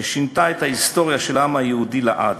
ששינתה את ההיסטוריה של העם היהודי לעד,